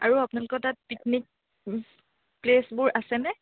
আৰু আপোনালোকৰ তাত পিকনিক প্লেচবোৰ আছেনে